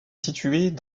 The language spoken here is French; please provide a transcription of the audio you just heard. situait